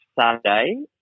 Saturday